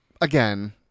again